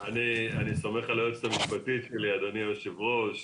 אני סומך על היועצת המשפטית שלנו ועל אדוני היושב ראש.